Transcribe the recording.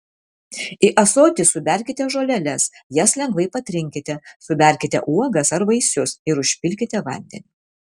į ąsotį suberkite žoleles jas lengvai patrinkite suberkite uogas ar vaisius ir užpilkite vandeniu